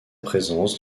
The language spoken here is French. présence